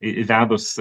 į įvedus